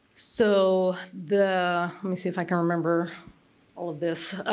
so the, let me see if i can remember all of this,